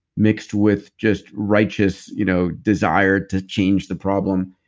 mixed with just righteous you know desire to change the problem.